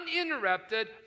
uninterrupted